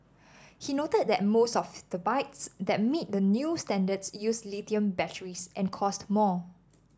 he noted that most of the bikes that meet the new standards use lithium batteries and cost more